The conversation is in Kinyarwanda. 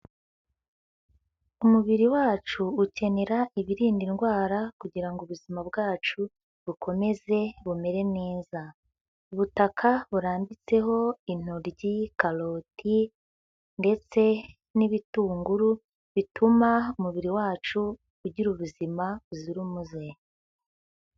Umubiri wacu ukenera ibirinda indwara kugira ngo ubuzima bwacu bukomeze bumere neza, ubutaka burambitseho intoryi, karoti ndetse n'ibitunguru, bituma umubiri wacu ugira ubuzima buzira umuze.